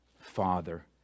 Father